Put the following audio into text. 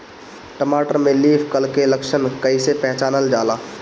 टमाटर में leaf curl के लक्षण कइसे पहचानल जाला?